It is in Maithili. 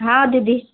हँ दीदी